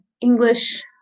English